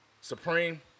Supreme